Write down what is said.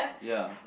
ya